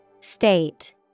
State